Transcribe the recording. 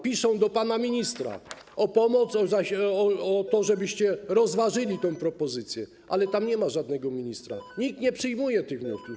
Piszą do pana ministra, proszą o pomoc, proszą, żebyście rozważyli tę propozycję, ale tam nie ma żadnego ministra, nikt nie przyjmuje tych wniosków.